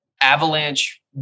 Avalanche